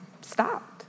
stopped